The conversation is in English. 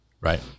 Right